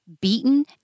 beaten